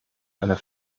einer